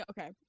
Okay